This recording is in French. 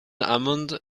hammond